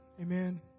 Amen